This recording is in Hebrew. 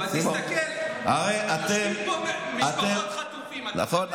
אבל תסתכל, יושבים פה ממשפחות חטופים, נכון.